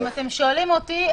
אם אתם שואלים אותי,